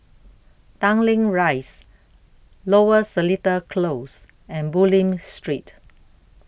Tanglin Rise Lower Seletar Close and Bulim Street